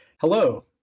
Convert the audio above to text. Hello